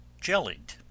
jellied